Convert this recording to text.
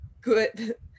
good